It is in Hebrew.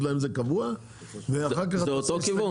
להם את זה קבוע ואחר כך- -- זה אותו כיוון.